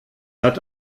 hat